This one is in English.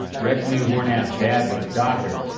rex knew hornhat's dad was doctor,